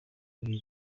ibuye